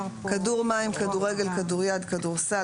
כדור מים + כדורגל + כדור יד + כדורסל